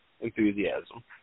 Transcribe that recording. enthusiasm